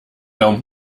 daumen